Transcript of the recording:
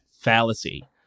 fallacy